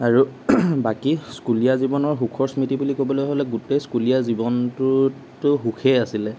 আৰু বাকী স্কুলীয়া জীৱনৰ সুখৰ স্মৃতি বুলি ক'বলৈ হ'লে গোটেই স্কুলীয়া জীৱনটোতো সুখেই আছিলে